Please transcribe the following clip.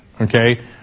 Okay